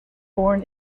born